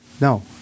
No